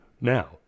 now